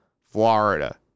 Florida